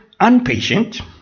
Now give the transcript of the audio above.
unpatient